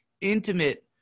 intimate